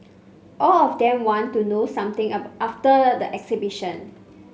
a of them want to do something after the exhibition